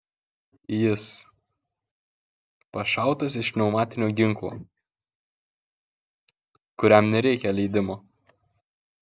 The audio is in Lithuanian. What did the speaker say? jis pašautas iš pneumatinio ginklo kuriam nereikia leidimo